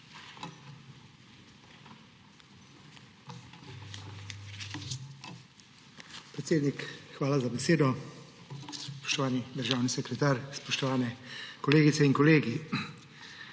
hvala za besedo. Spoštovani državni sekretar, spoštovani kolegice in kolegi!